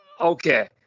Okay